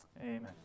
Amen